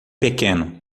pequeno